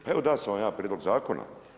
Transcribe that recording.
Pa, evo da sam vam ja prijedlog Zakona.